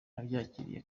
nabyakiriye